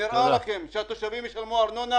נראה לכם שהתושבים ישלמו ארנונה?